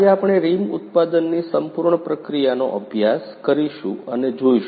આજે આપણે રિમ ઉત્પાદનની સંપૂર્ણ પ્રક્રિયાનો અભ્યાસ કરીશું અને જોઈશું